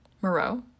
Moreau